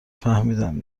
فهمیدم